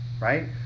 right